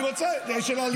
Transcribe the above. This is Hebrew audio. אני רוצה להראות להם.